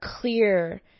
clear